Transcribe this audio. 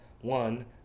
one